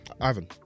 Ivan